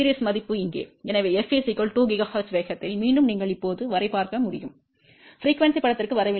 எனவே f 2 GHz வேகத்தில் மீண்டும் நீங்கள் இப்போது வரை பார்க்க முடியும் அதிர்வெண் படத்திற்கு வரவில்லை